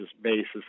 basis